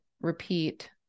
repeat